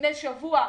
לפני שבוע,